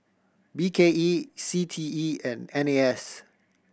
B K E C T E and N A S